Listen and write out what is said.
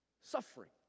Suffering